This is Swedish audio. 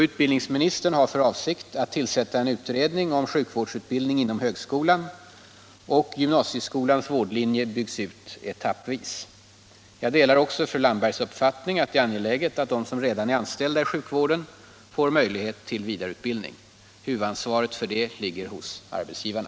Utbildningsministern har för avsikt att tillsätta en utredning om sjukvårdsutbildning inom högskolan, och gymnasieskolans vårdlinje byggs ut etappvis. Jag delar också fru Landbergs uppfattning att det är angeläget att de som redan är anställda inom sjukvården får möjlighet till vidareutbildning. Huvudansvaret för det ligger hos arbetsgivarna.